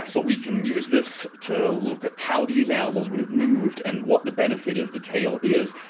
but we can use this to look at how these animals would have moved, and what the benefit of the tail is,